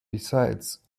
besides